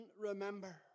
remember